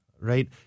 right